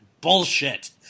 bullshit